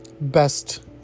best